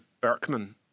Berkman